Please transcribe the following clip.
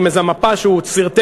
עם איזו מפה שהוא סרטט,